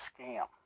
scam